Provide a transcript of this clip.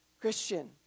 Christian